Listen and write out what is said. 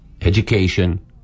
education